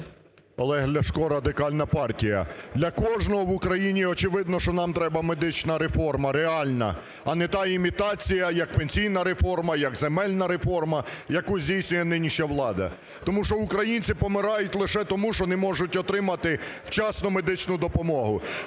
Олег Ляшко, Радикальна партія. Для кожного в Україні очевидно, що нам треба медична реформа реальна, а не та імітація, як пенсійна реформа, як земельна реформа, яку здійснює нинішня влада. Тому що українці помирають лише тому, що не можуть отримати вчасно медичну допомогу.